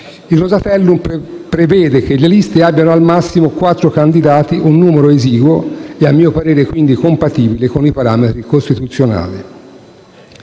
Il Rosatellum prevede che le liste abbiano al massimo quattro candidati: è un numero esiguo e, quindi, a mio parere, compatibile con i parametri costituzionali.